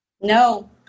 No